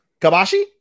Kabashi